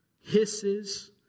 hisses